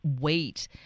wait